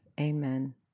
Amen